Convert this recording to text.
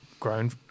grown